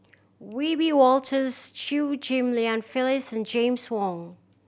Wiebe Wolters Chew Ghim Lian Phyllis and James Wong